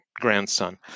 grandson